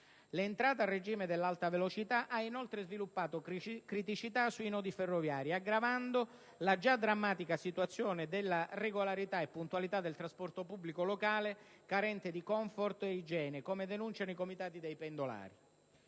L'entrata a regime dell'Alta velocità ha inoltre sviluppato criticità sui nodi ferroviari, aggravando la già drammatica situazione della regolarità e puntualità del trasporto pubblico locale, carente di *comfort* e igiene, come denunciano i comitati dei pendolari.